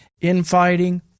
infighting